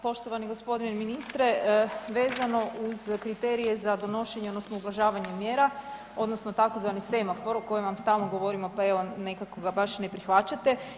Poštovani g. ministre, vezano uz kriterije za donošenje odnosno ublažavanje mjera, odnosno tzv. semafor o kojem vam stalno govorimo pa evo nekako ga baš ne prihvaćate.